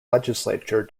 legislature